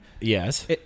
Yes